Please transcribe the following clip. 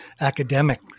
academic